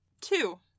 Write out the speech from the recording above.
Two